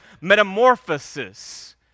metamorphosis